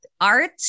art